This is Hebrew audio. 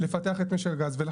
לפתח את משק הגז,